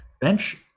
bench